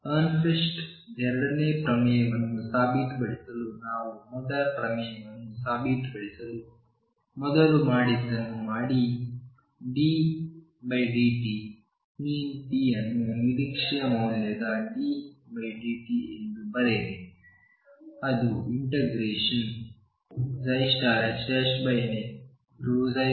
Ehrenfest ಎರಡನೇ ಪ್ರಮೇಯವನ್ನು ಸಾಬೀತುಪಡಿಸಲು ನಾವು ಮೊದಲ ಪ್ರಮೇಯವನ್ನು ಸಾಬೀತುಪಡಿಸಲು ಮೊದಲು ಮಾಡಿದ್ದನ್ನು ಮಾಡಿ ddt⟨p⟩ ಅನ್ನು ಈ ನಿರೀಕ್ಷೆಯ ಮೌಲ್ಯದddt ಎಂದು ಬರೆಯಿರಿ ಅದು i ∂ψ∂xdx